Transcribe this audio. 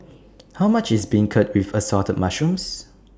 How much IS Beancurd with Assorted Mushrooms